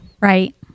Right